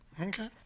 Okay